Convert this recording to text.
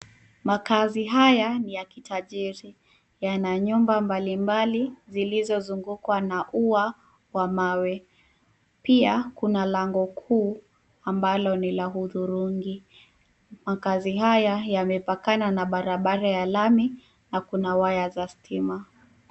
Makaazi haya ni ya kitajiri. Yana nyumba mbalimbali zilizozungukwa na ua wa mawe. Pia kuna lango kubwa ambalo ni la hudhurungi. Makaazi haya yamepakana na barabara ya lami na kuna waya za stima.